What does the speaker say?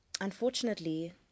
unfortunately